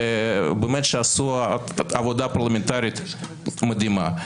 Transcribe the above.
שעשו עבודה פרלמנטרית מדהימה.